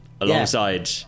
Alongside